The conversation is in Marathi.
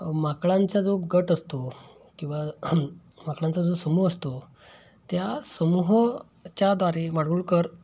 माकडांचा जो गट असतो किंवा माकडांचा जो समूह असतो त्या समूहाच्याद्वारे माडगूळकर